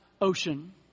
ocean